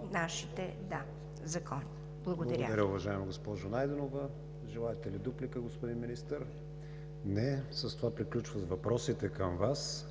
ПРЕДСЕДАТЕЛ КРИСТИАН ВИГЕНИН: Благодаря, уважаема госпожо Найденова. Желаете ли дуплика, господин Министър? Не. С това приключват въпросите към Вас.